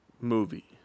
movie